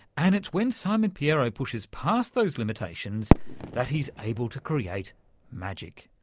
and it's when simon pierro pushes past those limitations that he's able to create magic.